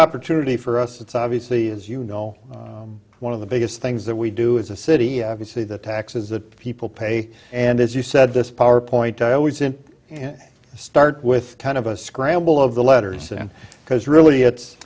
opportunity for us it's obviously as you know one of the biggest things that we do as a city you see the taxes that people pay and as you said this power point i always it and start with kind of a scramble of the letters and because really it's